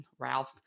Ralph